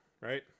right